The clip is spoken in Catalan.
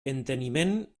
enteniment